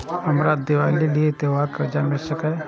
हमरा दिवाली के लिये त्योहार कर्जा मिल सकय?